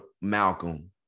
Malcolm